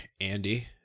Andy